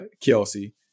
Kelsey